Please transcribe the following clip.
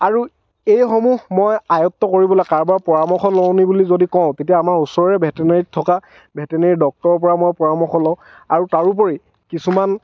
আৰু এইসমূহ মই আয়ত্ব কৰিবলৈ কাৰোবাৰ পৰামৰ্শ লওঁ নি বুলি যদি কওঁ তেতিয়া আমাৰ ওচৰৰে ভেটেনেৰিত থকা ভেটেনেৰি ডক্তৰৰ পৰা মই পৰামৰ্শ লওঁ আৰু তাৰোপৰি কিছুমান